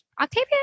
Octavia